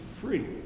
free